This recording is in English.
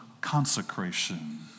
consecration